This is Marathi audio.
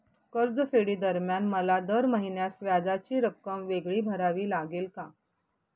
कर्जफेडीदरम्यान मला दर महिन्यास व्याजाची रक्कम वेगळी भरावी लागेल का?